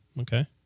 Okay